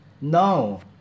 No